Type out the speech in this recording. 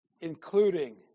including